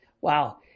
Wow